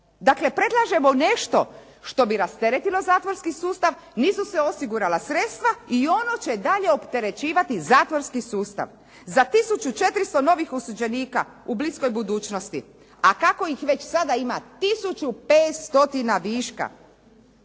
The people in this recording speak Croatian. Dakle, predlažemo nešto što bi rasteretilo zatvorski sustav, nisu se osigurala sredstva i ono će dalje opterećivati zatvorski sustav. Za 1400 novih osuđenika u bliskoj budućnosti. A kako ih već sada ima 1500 viška.